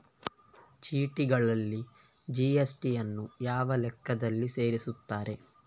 ಚೀಟಿಗಳಲ್ಲಿ ಜಿ.ಎಸ್.ಟಿ ಯನ್ನು ಯಾವ ಲೆಕ್ಕದಲ್ಲಿ ಸೇರಿಸುತ್ತಾರೆ?